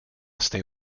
stay